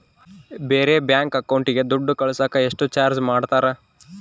ಬೇರೆ ಬ್ಯಾಂಕ್ ಅಕೌಂಟಿಗೆ ದುಡ್ಡು ಕಳಸಾಕ ಎಷ್ಟು ಚಾರ್ಜ್ ಮಾಡತಾರ?